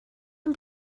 این